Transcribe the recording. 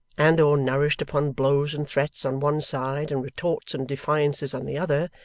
and or nourished upon blows and threats on one side, and retorts and defiances on the other,